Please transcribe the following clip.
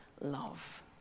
love